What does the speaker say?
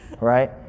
right